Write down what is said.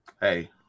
Hey